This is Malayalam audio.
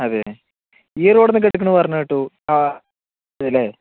അതേ ഈ റോഡിൽ നിന്നൊക്കെ എടുക്കുന്നുയെന്ന് പറയുന്ന കേട്ടു ആ അതെയല്ലെ